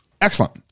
Excellent